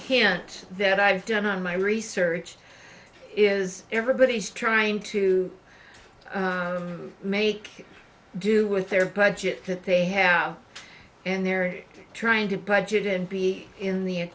hint that i've done my research is everybody's trying to make do with their budget that they have and they're trying to budget and be in the